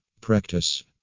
practice